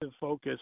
focus